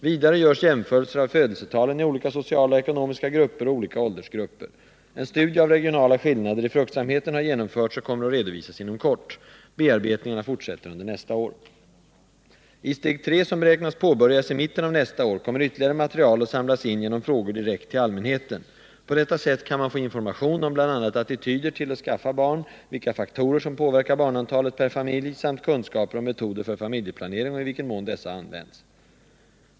Vidare görs jämförelser av födelsetalen i olika sociala och ekonomiska grupper och olika åldersgrupper. En studie av regionala skillnader i fruktsamheten har genomförts och kommer att redovisas inom kort. Bearbetningarna fortsätter under nästa år. I steg 3 som beräknas påbörjas i mitten av nästa år kommer ytterligare material att samlas in genom frågor direkt till allmänheten. På detta sätt kan man få information om bl.a. attityder till att skaffa barn, vilka faktorer som påverkar barnantalet per familj samt kunskaper om metoder för familjeplanering och i vilken mån dessa används.